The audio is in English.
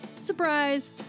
Surprise